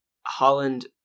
Holland